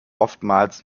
oftmals